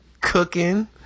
cooking